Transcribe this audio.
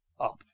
up